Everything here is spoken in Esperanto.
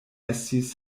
estis